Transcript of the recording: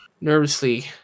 nervously